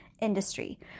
industry